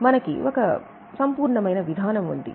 మనకి ఒక సంపూర్ణమైన విధానం ఉంది